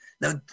Now